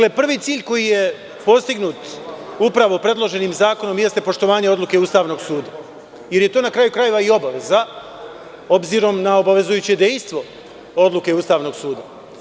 Dakle, prvi cilj koji je postignut predloženim zakonom, jeste poštovanje odluke Ustavnog suda, jer je to na kraju krajeva i obaveza, s obzirom na obavezujuće dejstvo odluke Ustavnog suda.